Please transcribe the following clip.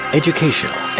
educational